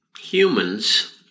Humans